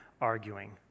arguing